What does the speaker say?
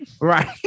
right